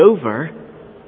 over